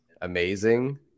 amazing